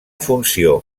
funció